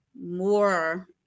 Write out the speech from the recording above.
more